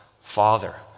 Father